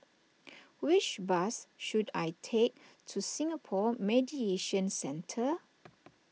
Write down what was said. which bus should I take to Singapore Mediation Centre